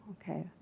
okay